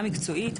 מבחינה מקצועית,